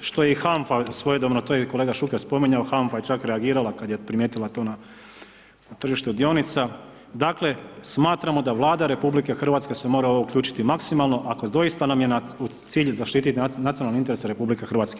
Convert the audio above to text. što je i HANFA svojedobno, to je i kolega Šuker spominjao, HANFA je čak reagirala kad je primijetila to na tržištu dionica, dakle, smatramo da Vlada RH se mora u ovo uključiti maksimalno ako nam je doista u cilju zaštititi nacionalne interese RH.